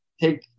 take